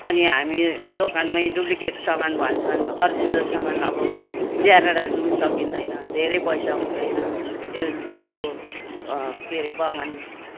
अनि हामी दोकानमै डुप्लिकेट समान भन्छन् ओरिजिनल सामान अब ल्याएर राख्नु नि सकिँदैन धेरै पैसा हुँदैन यो यो के रे बगान